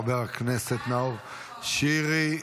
חבר הכנסת נאור שירי,